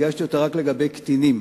הגשתי אותה רק לגבי קטינים.